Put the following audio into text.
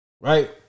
right